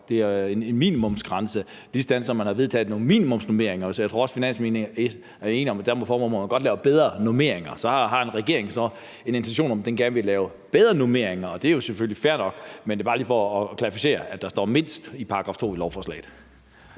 Det er en minimumsgrænse, ligesådan som man har vedtaget nogle minimumsnormeringer. Så jeg tror også, at finansministeren er enig i, at derfor må man godt lave bedre normeringer. Så har en regering så en intention om, at den gerne vil lave bedre normeringer, er det jo selvfølgelig fair nok. Men det er bare lige for klarificere, at der står »mindst« i § 2 i lovforslaget.